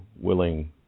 willing